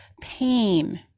pain